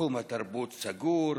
תחום התרבות סגור,